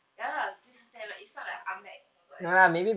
ya lah do something lah like it's not like I'm like oh my god